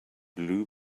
blue